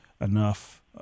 enough